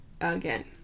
again